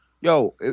Yo